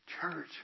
church